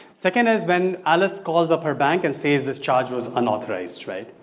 second is when alice calls up her bank and sees this charge was unauthorized right?